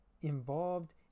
involved